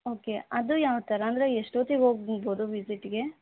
okay ಅದು ಯಾವ್ಥರ ಅಂದರೆ ಎಷ್ಟೊತ್ತಿಗೆ ಹೋಗ್ಬೋದು ವಿಸಿಟ್ಗೆ